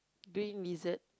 green wizard